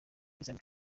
islamic